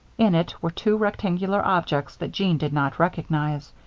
in it were two rectangular objects that jeanne did not recognize.